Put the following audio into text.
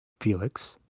Felix